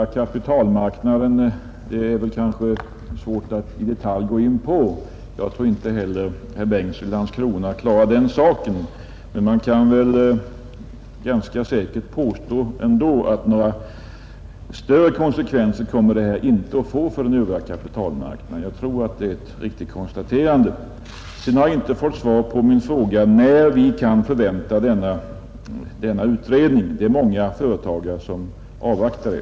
Herr talman! Vilka konsekvenser detta får för den övriga kapitalmarknaden är kanske svårt att i detalj gå in på. Jag tror inte heller att herr Bengtsson i Landskrona klarar den saken. Men man kan väl ganska säkert påstå att några större konsekvenser kommer det här inte att få för den övriga kapitalmarknaden — jag tror att det är ett riktigt konstaterande. Sedan har jag inte fått svar på min fråga när vi kan förvänta denna utredning. Det är många företagare som avvaktar det.